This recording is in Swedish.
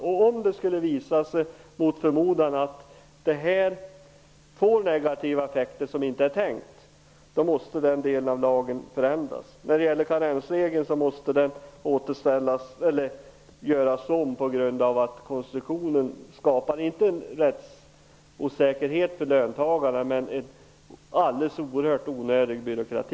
Om det mot förmodan skulle visa sig att det här kommer att få effekter som är negativa och icke är avsedda, måste den delen av lagen förändras. Karensregeln måste i så fall göras om för att den skapar -- inte rättsosäkerhet för löntagarna -- en oerhört onödig byråkrati.